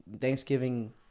Thanksgiving